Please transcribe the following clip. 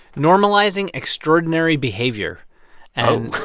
normalizing extraordinary behavior oh